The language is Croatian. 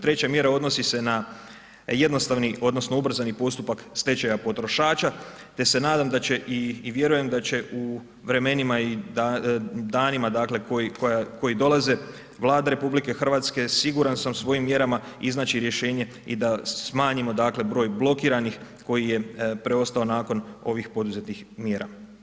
Treća mjera odnosi se na jednostavni odnosno ubrzani postupak stečaja potrošača ta se nadam da će i vjerujem da će u vremenima i danima koji dolaze Vlada RH siguran sam svojim mjerama iznaći rješenje i da smanjimo dakle broj blokiranih koji je preostao nakon ovih poduzetih mjera.